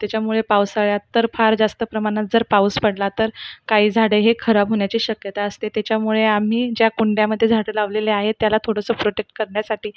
त्याच्यामुळे पावसाळ्यात तर फार जास्त प्रमाणात जर पाऊस पडला तर काही झाडे हे खराब होण्याची शक्यता असते त्याच्यामुळे आम्ही ज्या कुंड्यामध्ये झाडं लावलेले आहेत त्याला थोडंसं प्रोटेक्ट करण्यासाठी